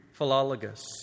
Philologus